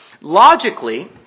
Logically